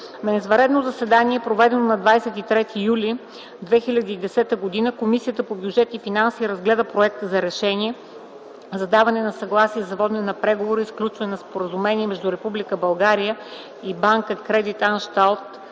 извънредно заседание, проведено на 23 юли 2010 г., Комисията по бюджет и финанси разгледа проект за Решение за даване на съгласие за водене на преговори и сключване на Споразумение между Република България и Банка